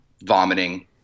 vomiting